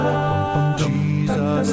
Jesus